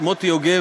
מוטי יוגב,